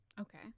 okay